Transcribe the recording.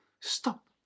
stop